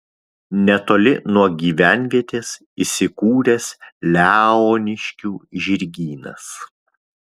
netoli nuo gyvenvietės įsikūręs leoniškių žirgynas